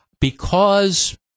because-